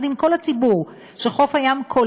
על